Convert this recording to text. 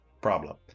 Problem